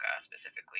specifically